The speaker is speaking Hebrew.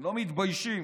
לא מתביישים.